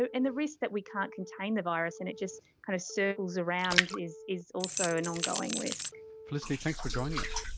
and the risk that we can't contain the virus and it just kind of circles around is is also an ongoing risk. felicity, thanks for joining us.